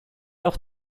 auch